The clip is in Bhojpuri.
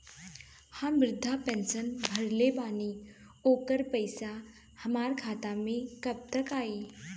हम विर्धा पैंसैन भरले बानी ओकर पईसा हमार खाता मे कब तक आई?